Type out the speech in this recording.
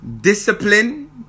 discipline